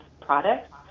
products